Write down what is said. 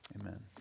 Amen